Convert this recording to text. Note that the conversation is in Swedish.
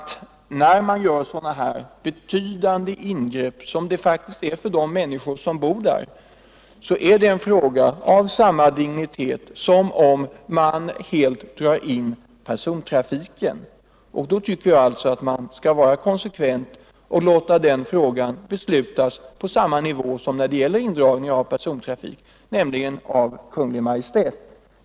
När man gör så betydande ingrepp som detta faktiskt är för de människor som berörs, anser jag att det är en fråga av samma dignitet som om man helt drar in persontrafiken, och då tycker jag att man skall vara konsekvent och låta beslutet fattas på samma nivå som vid indragning av persontrafik, nämligen hos Kungl. Maj:t.